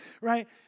Right